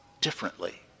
differently